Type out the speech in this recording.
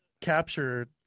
capture